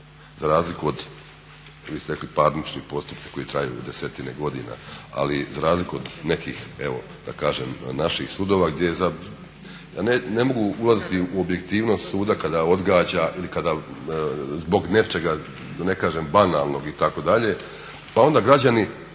za razliku od vi ste rekli parnični postupci koji traju desetine godina. Ali za razliku od nekih evo da kažem naših sudova gdje za, ne mogu ulaziti u objektivnost suda kada odgađa ili kada zbog nečega da ne kažem banalnog itd. pa onda građani